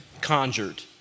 conjured